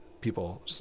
People